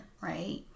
right